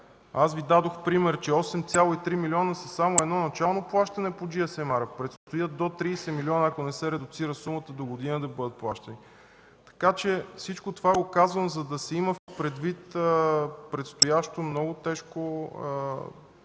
Аз Ви дадох пример, че 8,3 милиона са само едно начално плащане до GSM-R. Предстоят до 30 милиона, ако не се редуцира сумата догодина да бъдат плащани, така че всичко това го казвам, за да се има предвид в предстоящото много тежко натоварване